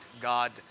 God